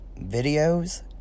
videos